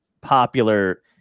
popular